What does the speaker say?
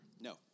No